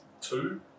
two